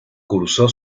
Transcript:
cursó